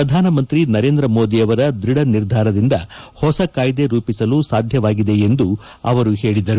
ಶ್ರಧಾನಮಂತ್ರಿ ನರೇಂದ್ರ ಮೋದಿ ಅವರ ದೃಢ ನಿರ್ಧಾರದಿಂದ ಹೊಸ ಕಾಯ್ದೆ ರೂಪಿಸಲು ಸಾಧ್ವವಾಗಿದೆ ಎಂದು ಅವರು ಹೇಳಿದರು